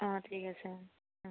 অঁ ঠিক আছে অঁ অঁ